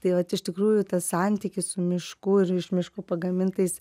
tai vat iš tikrųjų tas santykis su mišku ir iš miško pagamintais